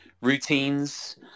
routines